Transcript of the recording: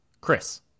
Chris